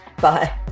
bye